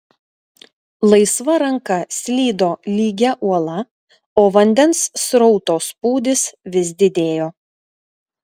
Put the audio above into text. laisva ranka slydo lygia uola o vandens srauto spūdis vis didėjo